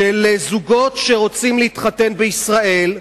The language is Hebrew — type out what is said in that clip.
של זוגות שרוצים להתחתן בישראל,